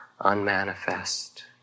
unmanifest